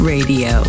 Radio